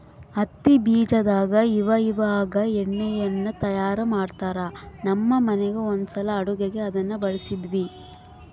ಹತ್ತಿ ಬೀಜದಾಗ ಇವಇವಾಗ ಎಣ್ಣೆಯನ್ನು ತಯಾರ ಮಾಡ್ತರಾ, ನಮ್ಮ ಮನೆಗ ಒಂದ್ಸಲ ಅಡುಗೆಗೆ ಅದನ್ನ ಬಳಸಿದ್ವಿ